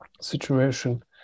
situation